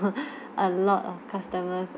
a lot of customers